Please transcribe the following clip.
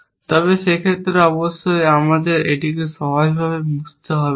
তবে যে ক্ষেত্রে অবশ্যই আমাদের এটিকে সহজভাবে মুছতে হবে না